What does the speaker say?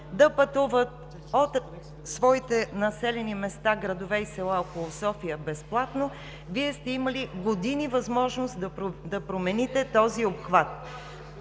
да пътуват от своите населени места – градове и села около София, безплатно, Вие сте имали години възможност да промените този обхват.